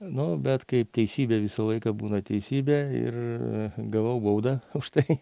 nu bet kaip teisybė visą laiką būna teisybė ir gavau baudą už tai